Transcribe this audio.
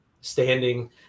standing